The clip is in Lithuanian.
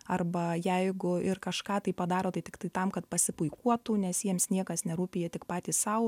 arba jeigu ir kažką tai padaro tai tiktai tam kad pasipuikuotų nes jiems niekas nerūpi jie tik patys sau